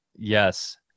Yes